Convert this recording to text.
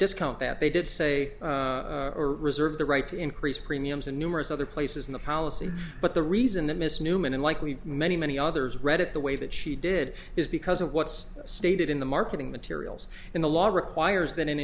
discount that they did say or reserve the right to increase premiums and numerous other places in the policy but the reason that mr newman and likely many many others read it the way that she did is because of what's stated in the marketing materials in the law requires that an